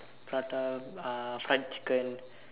prata uh fried chicken